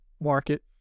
market